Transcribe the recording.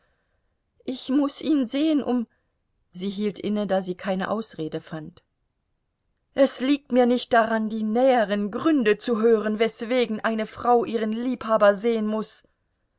ich muß ihn sehen um sie hielt inne da sie keine ausrede fand es liegt mir nicht daran die näheren gründe zu hören weswegen eine frau ihren liebhaber sehen muß